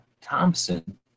Thompson